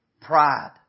Pride